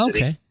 Okay